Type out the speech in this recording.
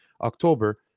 October